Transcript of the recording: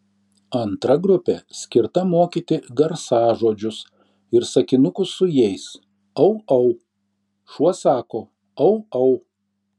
antra grupė skirta mokyti garsažodžius ir sakinukus su jais au au šuo sako au au